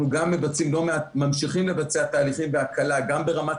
אנחנו גם ממשיכים לבצע תהליכים והקלות גם ברמת